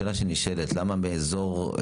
השאלה שנשאלת למה באזור,